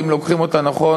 אם לוקחים אותה נכון,